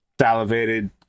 salivated